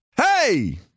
Hey